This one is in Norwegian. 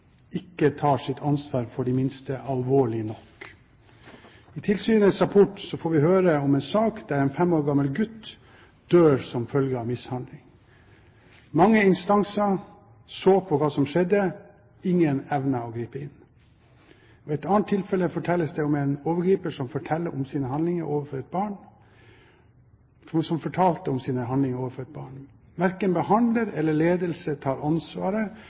ikke tar sitt ansvar for de minste alvorlig nok. I tilsynets rapport får vi høre om en sak der en fem år gammel gutt dør som følge av mishandling. Mange instanser så hva som skjedde. Ingen evnet å gripe inn. Et annet tilfelle det fortelles om, er en overgriper som forteller om sine handlinger overfor et barn. Verken behandler eller ledelse tar ansvaret